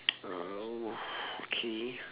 okay